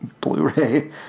Blu-ray